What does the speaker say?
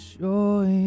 joy